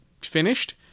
finished